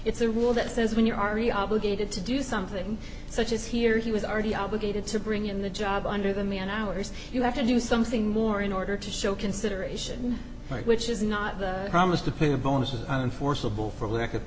it's a rule that says when you're ari obligated to do something such as here he was already obligated to bring in the job under the man hours you have to do something more in order to show consideration for it which is not the promise to pay the bonuses and forceable for lack of